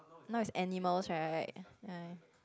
now is animals right